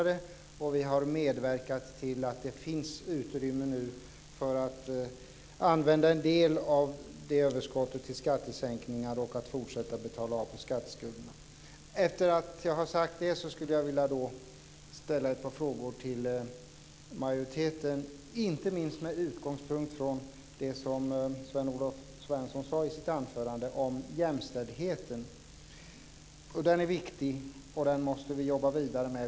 Vi har dessutom medverkat till att det nu finns utrymme för att använda en del av överskottet till att sänka skatter och till att fortsätta att betala av på statsskulden. Efter att ha sagt detta vill jag ställa ett par frågor till majoriteten, inte minst med utgångspunkt i det som Per-Olof Svensson i sitt anförande sade om jämställdheten. Den är viktig, och den måste vi arbeta vidare med.